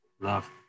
love